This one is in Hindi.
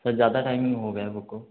सर ज़्यादा टाइमिंग हो गया वह को